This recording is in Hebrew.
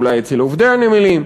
או אולי אצל עובדי הנמלים,